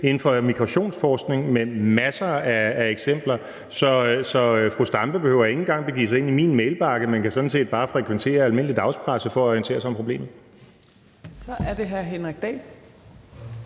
inden for migrationsforskning med masser af eksempler. Så fru Zenia Stampe behøver ikke engang begive sig ind i min indbakke, men kan sådan set bare frekventere almindelig dagspresse for at orientere sig om problemet. Kl. 17:58 Fjerde